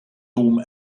dom